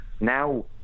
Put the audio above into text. now